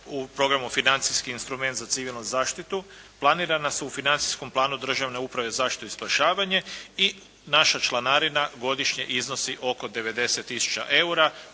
u programu financijski instrument za civilnu zaštitu planirana su u financijskom planu državne uprave za zaštitu i spašavanje i naša članarina godišnje iznosi oko 90 tisuća